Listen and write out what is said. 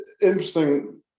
interesting